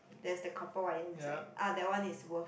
there's the copper wire inside ah that one is worth